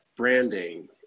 branding